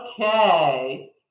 Okay